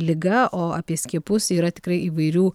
liga o apie skiepus yra tikrai įvairių